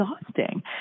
exhausting